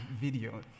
video